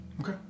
Okay